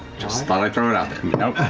just thought i'd throw it out there. nope.